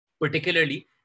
particularly